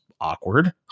awkward